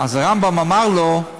אז הרמב"ם אמר לו: